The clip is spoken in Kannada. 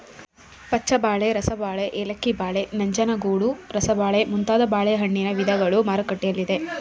ಪಚ್ಚಬಾಳೆ, ರಸಬಾಳೆ, ಏಲಕ್ಕಿ ಬಾಳೆ, ನಂಜನಗೂಡು ರಸಬಾಳೆ ಮುಂತಾದ ಬಾಳೆಹಣ್ಣಿನ ವಿಧಗಳು ಮಾರುಕಟ್ಟೆಯಲ್ಲಿದೆ